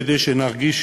כדי שנרגיש